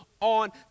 on